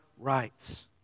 Rights